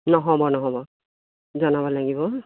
নহ'ব নহ'ব জনাব লাগিব